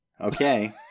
Okay